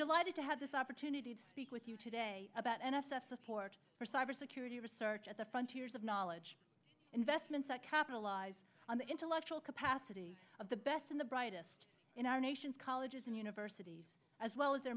delighted to have this opportunity to speak with you today about n s f support for cybersecurity research at the front two years of knowledge investments that capitalize on the intellectual capacity of the best and the brightest in our nation's colleges and universities as well as the